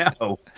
No